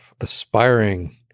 aspiring